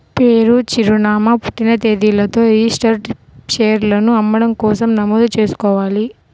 పేరు, చిరునామా, పుట్టిన తేదీలతో రిజిస్టర్డ్ షేర్లను అమ్మడం కోసం నమోదు చేసుకోవాలి